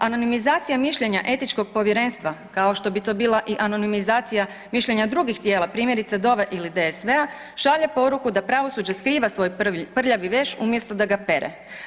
Anonimizacija mišljenja etičkog povjerenstva kao što bi to bila i anonimizacija mišljenja drugih tijela, primjerice DOV-e ili DSV-a, šalje poruku da pravosuđe skriva svoj prljavi veš umjesto da ga pere.